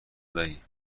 دهی